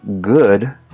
Good